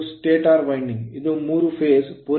ಇದು starter winding ಇದು ಮೂರು phase ಹಂತದ ಪೂರೈಕೆಯಾಗಿದೆ